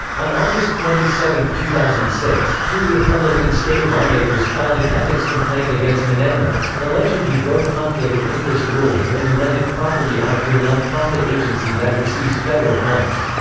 on august twenty seven, two thousand and six, two republican state lawmakers filed an ethics complaint against menendez, alleging he broke conflict-of-interest rules when he rented property out to a nonprofit agency that receives federal funds.